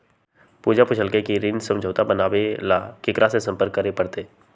पूजा पूछल कई की ऋण समझौता बनावे ला केकरा से संपर्क करे पर तय?